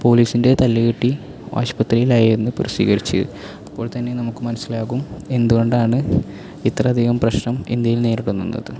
പോലീസിന്റെ തല്ല് കിട്ടി ആശുപത്രിയിലായിരുന്നു എന്ന് പ്രസിദ്ധിക്കരിച്ചു അപ്പോൾ തന്നെ നമുക്ക് മനസ്സിലാകും എന്തുകൊണ്ടാണ് ഇത്രയധികം പ്രശ്നം ഇന്ത്യയിൽ നേരിടുന്നത്